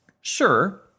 Sure